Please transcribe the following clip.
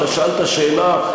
אתה שאלת שאלה.